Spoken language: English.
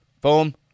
Boom